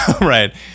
Right